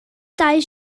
dau